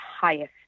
highest